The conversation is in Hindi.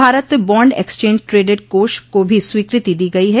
भारत बॉण्ड एक्सचेंज ट्रेडेड कोष को भी स्वीकृति दी गई है